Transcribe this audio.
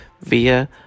via